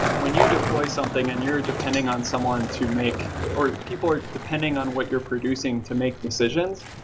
when you deploy something and you're depending on someone to make or people are depending on what you're producing to make decisions,